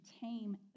tame